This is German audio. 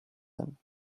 hin